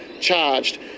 charged